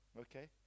Okay